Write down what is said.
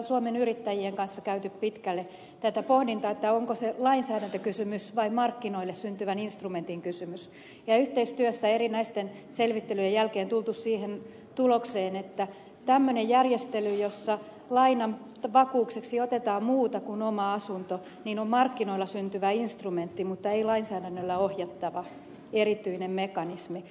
suomen yrittäjien kanssa on käyty pitkälle tätä pohdintaa onko se lainsäädäntökysymys vai markkinoille syntyvän instrumentin kysymys ja yhteistyössä erinäisten selvittelyjen jälkeen on tultu siihen tulokseen että tämmöinen järjestely jossa lainan vakuudeksi otetaan muuta kuin oma asunto on markkinoilla syntyvä instrumentti mutta ei lainsäädännöllä ohjattava erityinen mekanismi